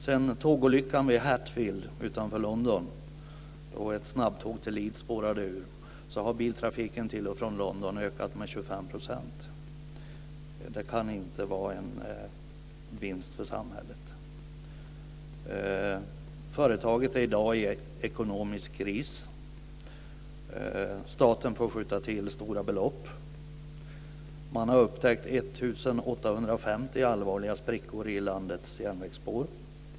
Sedan tågolyckan vid Hatfield utanför London, då ett snabbtåg till Leeds spårade ur, har biltrafiken till och från London ökat med 25 %. Det kan inte vara en vinst för samhället. Företaget är i dag i ekonomisk kris. Staten får skjuta till stora belopp. Man har upptäckt 1 850 allvarliga sprickor i landets järnvägsspår.